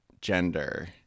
gender